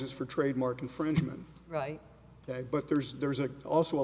is for trademark infringement right but there's there's a also a